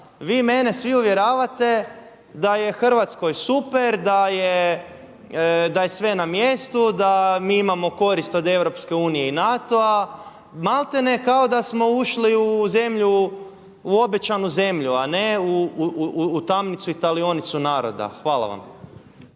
vi mene svi uvjeravate da je Hrvatskoj super, da je sve na mjestu, da mi imamo korist od EU i NATO-a. Maltene kao da smo ušli u obećanu zemlju, a ne u tamnicu i talionicu naroda. Hvala vam.